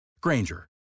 Granger